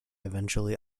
eventually